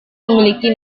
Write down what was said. memiliki